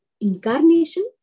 incarnation